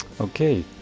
Okay